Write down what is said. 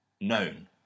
known